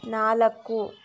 ನಾಲ್ಕು